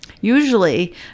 usually